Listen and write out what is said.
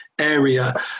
Area